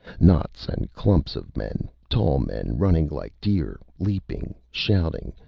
knots and clumps of men, tall men running like deer, leaping, shouting,